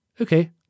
Okay